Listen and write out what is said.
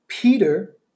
Peter